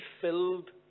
filled